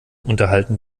unterhalten